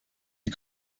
die